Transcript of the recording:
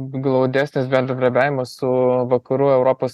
glaudesnis bendradarbiavimas su vakarų europos